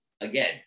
Again